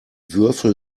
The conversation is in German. würfel